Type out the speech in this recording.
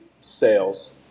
sales